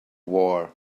war